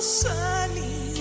sunny